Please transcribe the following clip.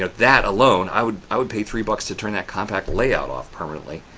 that that alone, i would i would pay three bucks to turn that compact layout off permanently.